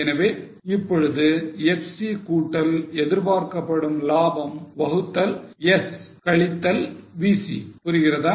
எனவே இப்பொழுது FC கூட்டல் எதிர்பார்க்கப்படும் லாபம் வகுத்தல் S கழித்தல் VC புரிகிறதா